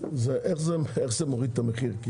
איך זה יוריד את המחיר.